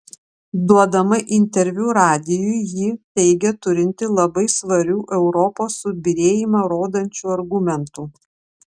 duodama interviu radijui ji teigė turinti labai svarių europos subyrėjimą rodančių argumentų